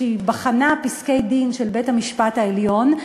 שבחנה פסקי-דין של בית-המשפט העליון,